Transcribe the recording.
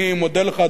אני מודה לך,